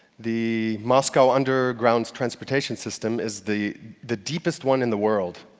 the moscow underground transportation system is the the deepest one in the world.